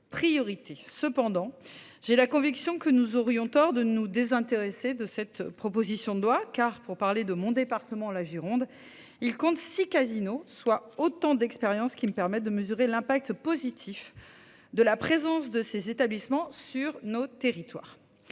Cependant j'ai la conviction que nous aurions tort de nous désintéresser de cette proposition de loi car pour parler de mon département, la Gironde, il compte six casinos, soit autant d'expériences qui me permettent de mesurer l'impact positif de la présence de ces établissements sur notre territoire